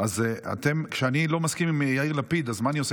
אז כשאני לא מסכים עם יאיר לפיד, אז מה אני עושה?